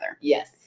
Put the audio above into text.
Yes